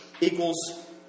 equals